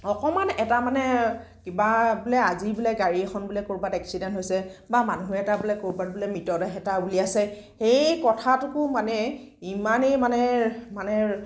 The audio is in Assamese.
অকণমান এটা মানে কিবা বোলে আজি বোলে গাড়ী এখন বোলে ক'ৰবাত এক্সিডেণ্ট হৈছে বা মানুহ এটা বোলে ক'ৰবাত বোলে মৃতদেহ এটা উলিয়াইছে সেই কথাটোকো মানে ইমানেই মানে মানে